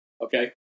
Okay